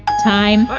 time!